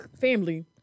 family